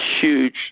huge